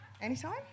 Anytime